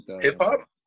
Hip-hop